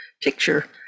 picture